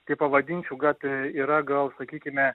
tai pavadinčiau gat yra gal sakykime